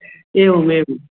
एवम् एवम्